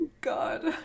god